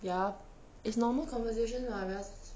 ya it's normal conversation lah because